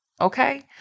okay